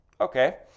okay